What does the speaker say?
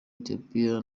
ethiopia